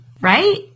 right